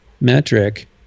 metric